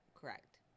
correct